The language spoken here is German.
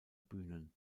bühnen